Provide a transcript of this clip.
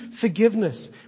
forgiveness